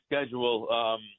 schedule